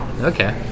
Okay